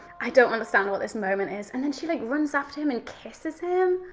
i don't understand what this moment is. and then she like runs after him and kisses him.